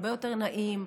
הרבה יותר נעים,